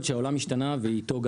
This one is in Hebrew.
ולהמציא תירוצים ללקוחות שלי שיש לי